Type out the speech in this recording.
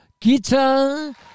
Guitar